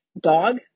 dog